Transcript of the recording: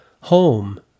home